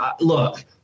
Look